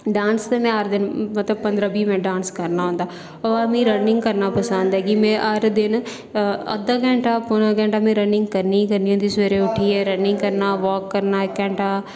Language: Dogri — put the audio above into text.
डांस ते हर दिन मतलब पंदरा बीह् मिन्ट डांस करना होंदा ओह्दे बाद मिगी रनिंग करना पंसद कि में हर दिन अद्धा घैंटा पौना घैंटा में रनिंग करनी गै करनी होंदी सबेरे उट्ठियै रनिंग करना वाक करना इक घैंटा